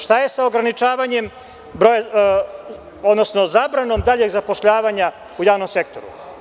Šta je sa ograničavanjem, odnosno zabranom daljeg zapošljavanja u javnom sektoru?